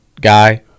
guy